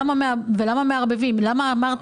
אמרת